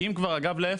אם כבר להיפך.